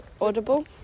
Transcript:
audible